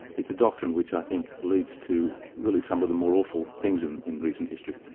it's a doctrine which i think leads to really some of the more awful things in in recent history.